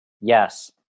Yes